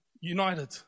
united